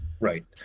Right